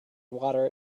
water